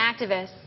activists